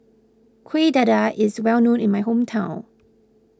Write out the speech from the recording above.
Kueh Dadar is well known in my hometown